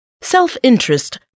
Self-interest